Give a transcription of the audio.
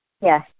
Yes